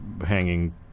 hanging